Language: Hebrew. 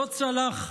לא צלח.